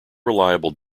reliable